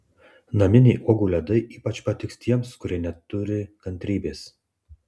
naminiai uogų ledai ypač patiks tiems kurie neturi kantrybės